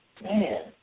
man